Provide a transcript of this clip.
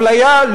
אפליה,